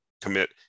commit